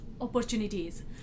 opportunities